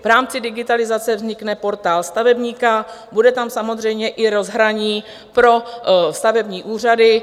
V rámci digitalizace vznikne Portál stavebníka, bude tam samozřejmě i rozhraní pro stavební úřady.